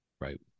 Right